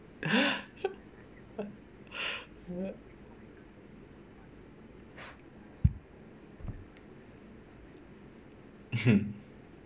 mm